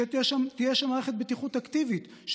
שתהיה שם מערכת בטיחות אקטיבית,